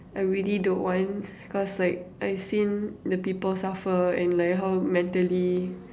I really don't want cause like I seen the people suffer and like how mentally